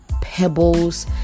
pebbles